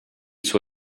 suo